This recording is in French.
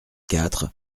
quatre